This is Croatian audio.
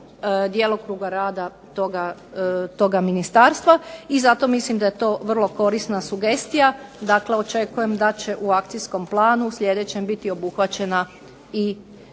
djelokruga rada toga ministarstva. I zato mislim da je to vrlo korisna sugestija, dakle očekujem da će u akcijskom planu sljedećem biti obuhvaćena i